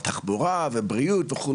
על תחבורה ובריאות וכו',